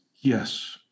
Yes